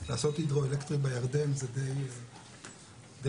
לעשות הידרואלקטרי בירדן זה די חזוני.